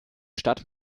stadt